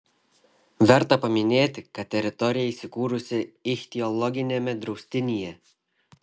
verta paminėti kad teritorija įsikūrusi ichtiologiniame draustinyje